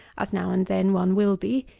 as now and then one will be,